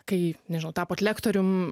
kai nežinau tapot lektorium